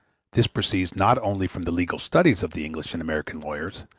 this proceeds not only from the legal studies of the english and american lawyers,